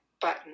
button